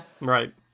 right